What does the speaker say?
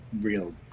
real